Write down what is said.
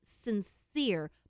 sincere